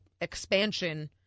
expansion